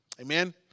Amen